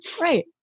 Right